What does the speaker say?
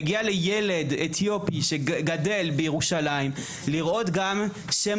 מגיע לילד אתיופי שגדל בירושלים לראות גם שם